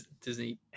disney